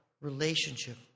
relationship